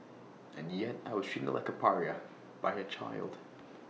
and yet I was treated like A pariah by A child